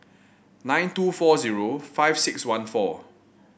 nine two four zero five six one four